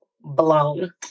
Blown